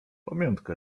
pamiątka